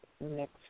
next